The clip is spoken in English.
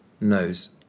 knows